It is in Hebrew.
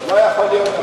לא יכול להיות,